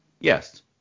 yes